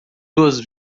duas